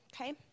okay